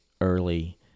early